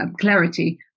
clarity